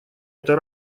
эта